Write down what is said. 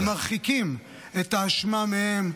הם מרחיקים את האשמה מהם,